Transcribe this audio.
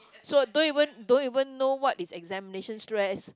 so don't even don't even know what is examination stress